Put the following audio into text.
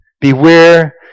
Beware